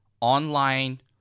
online –